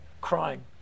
crying